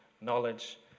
knowledge